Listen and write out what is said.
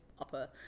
upper